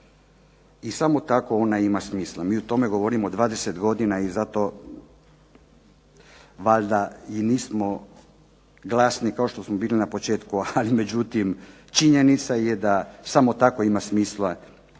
I samo tako ona ima smisla. Mi o tome govorimo 20 godina i zato valjda i nismo glasni kao što smo bili na početku. Ali međutim, činjenica je da samo tako ima smisla,